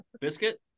Biscuit